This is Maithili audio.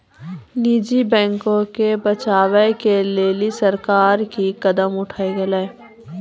निजी बैंको के बचाबै के लेली सरकार कि कदम उठैलकै?